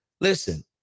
Listen